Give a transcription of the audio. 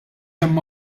hemm